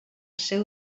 seu